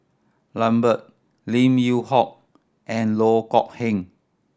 Lambert Lim Yew Hock and Loh Kok Heng